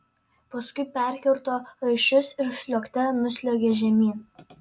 paskui perkirto raiščius ir sliuogte nusliuogė žemyn